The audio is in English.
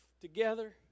together